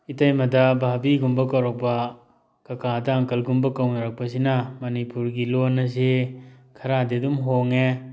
ꯏꯇꯩꯃꯗ ꯚꯥꯕꯤꯒꯨꯝꯕ ꯀꯧꯔꯛꯄ ꯀꯀꯥꯗ ꯑꯪꯀꯜꯒꯨꯝꯕ ꯀꯧꯅꯔꯛꯄꯁꯤꯅ ꯃꯅꯤꯄꯨꯔꯒꯤ ꯂꯣꯟ ꯑꯁꯤ ꯈꯔꯗꯤ ꯑꯗꯨꯝ ꯍꯣꯡꯉꯦ